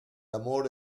amor